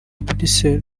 bresil